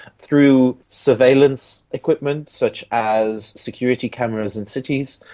through surveillance equipment such as security cameras in cities,